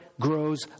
grows